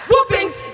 Whoopings